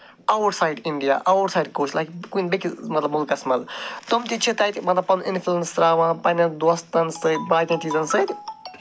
out side India out side like کُنہِ basis مطلب مٕلکَس منٛز تِم تہِ چھِ تَتہِ مطلب پَنُن اِنفٕلَنٕس ترٛاوان پَنٛنٮ۪ن دوستَن سۭتۍ باقیَن چیٖزَن سۭتۍ